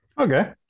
Okay